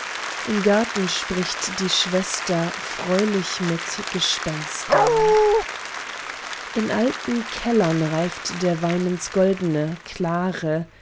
im garten spricht die schwester freundlich mit gespenstern in alten kellern reift der wein ins goldne klare